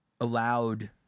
allowed